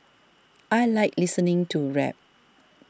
I like listening to rap